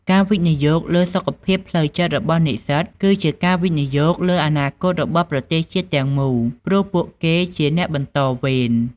ការវិនិយោគលើសុខភាពផ្លូវចិត្តរបស់និស្សិតគឺជាការវិនិយោគលើអនាគតរបស់ប្រទេសជាតិទាំងមូលព្រោះពួកគេជាអ្នកបន្តវេន។